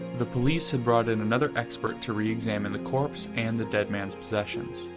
the police had brought in another expert to re-examine the corpse and the dead man's possessions.